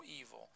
evil